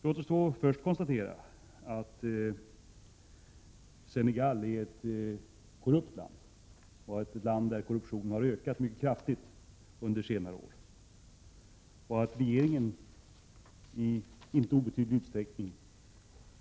Låt oss först konstatera att Senegal är ett korrupt land och att korruptionen under senare år har ökat mycket kraftigt. Regeringen i landet lär också ha medverkat till detta i inte obetydlig utsträckning.